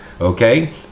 Okay